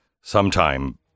sometime